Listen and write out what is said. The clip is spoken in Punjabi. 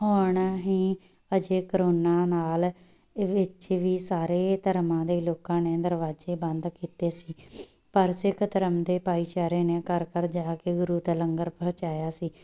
ਹੁਣ ਅਸੀਂ ਅਜੇ ਕਰੋਨਾ ਨਾਲ ਵਿੱਚ ਵੀ ਸਾਰੇ ਧਰਮਾਂ ਦੇ ਲੋਕਾਂ ਨੇ ਦਰਵਾਜ਼ੇ ਬੰਦ ਕੀਤੇ ਸੀ ਪਰ ਸਿੱਖ ਧਰਮ ਦੇ ਭਾਈਚਾਰੇ ਨੇ ਘਰ ਘਰ ਜਾ ਕੇ ਗੁਰੂ ਦਾ ਲੰਗਰ ਪਹੁੰਚਾਇਆ ਸੀ